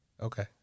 okay